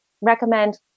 recommend